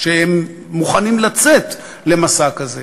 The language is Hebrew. שהם מוכנים לצאת למסע כזה